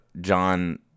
John